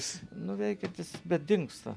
nu veikiantis bet dingsta